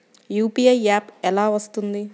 UPI app ఎలా వస్తుంది?